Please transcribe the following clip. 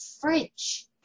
fridge